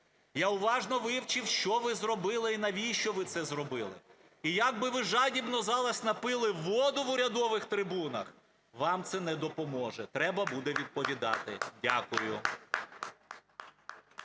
я уважно вивчив, що ви зробили і навіщо ви це зробили. І як би ви жадібно зараз не пили воду в урядових трибунах, вам це не допоможе. Треба буде відповідати. Дякую.